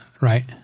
Right